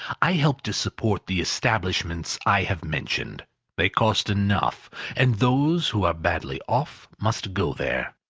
i help to support the establishments i have mentioned they cost enough and those who are badly off must go there.